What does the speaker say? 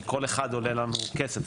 כי כל אחד עולה לנו כסף,